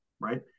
right